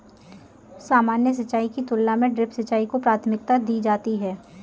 सामान्य सिंचाई की तुलना में ड्रिप सिंचाई को प्राथमिकता दी जाती है